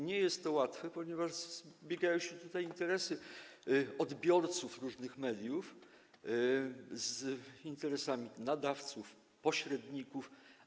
Nie jest to łatwe, ponieważ zbiegają się tutaj interesy odbiorców różnych mediów z interesami nadawców, pośredników.